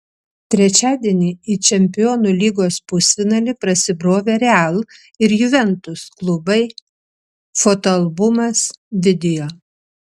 trečiadienį į čempionų lygos pusfinalį prasibrovė real ir juventus klubai fotoalbumas video